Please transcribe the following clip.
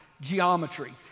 geometry